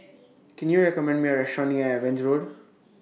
Can YOU recommend Me A Restaurant near Evans Road